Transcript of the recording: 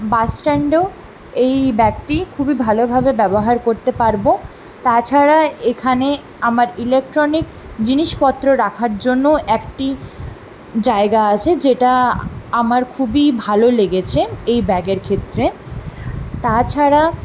বাসস্ট্যান্ডেও এই ব্যাগটি খুবই ভালোভাবে ব্যবহার করতে পারবো তাছাড়া এখানে আমার ইলেকট্রনিক জিনিসপত্র রাখার জন্য একটি জায়গা আছে যেটা আমার খুবই ভালো লেগেছে এই ব্যাগের ক্ষেত্রে তাছাড়া